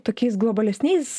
tokiais globalesniais